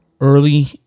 early